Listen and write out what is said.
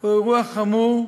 הוא אירוע חמור,